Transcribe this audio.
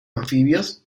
anfibios